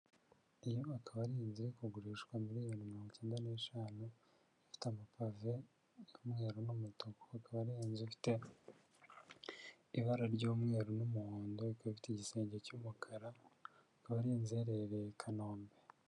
Iyo akaba ari inzu iri kugurishwa miliyoni mirongo icyenda n'eshanu, ifite amapave y'umweru n'umutuku, akaba ari inzu ifite ibara ry'umweru n'umuhondo, ikaba ifite igisenge cy'umukara, akaba ari inzu iherereye i Kanombe.